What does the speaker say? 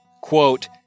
Quote